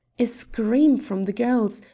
a scream from the girls,